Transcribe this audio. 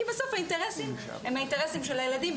כי בסוף האינטרסים הם האינטרסים של הילדים,